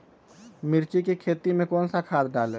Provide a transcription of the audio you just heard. मिर्च की खेती में कौन सा खाद डालें?